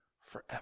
forever